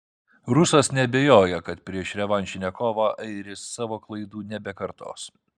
rusas neabejoja kad prieš revanšinę kovą airis savo klaidų nebekartos